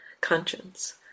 Conscience